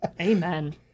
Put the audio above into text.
Amen